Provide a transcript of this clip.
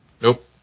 Nope